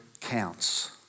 counts